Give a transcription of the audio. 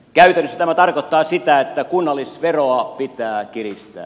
käytännössä tämä tarkoittaa sitä että kunnallisveroa pitää kiristää